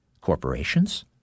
corporations